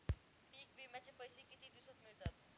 पीक विम्याचे पैसे किती दिवसात मिळतात?